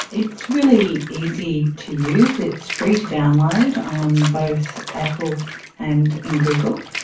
it's really easy to use, it's free to download on both apple and in google.